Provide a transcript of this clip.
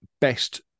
best